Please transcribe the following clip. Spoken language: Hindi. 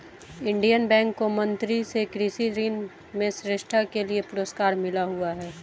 इंडियन बैंक को मंत्री से कृषि ऋण में श्रेष्ठता के लिए पुरस्कार मिला हुआ हैं